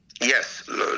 Yes